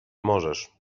możesz